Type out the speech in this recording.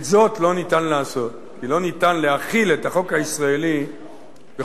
את זאת לא ניתן לעשות כי לא ניתן להחיל את החוק הישראלי בחוץ-לארץ.